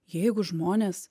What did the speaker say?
jeigu žmonės